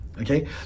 okay